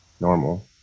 normal